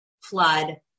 flood